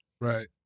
Right